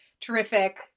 terrific